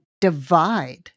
divide